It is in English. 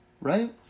right